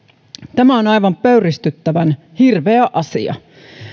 tämä on aivan pöyristyttävän hirveä asia